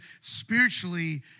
spiritually